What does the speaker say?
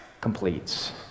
completes